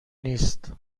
نیست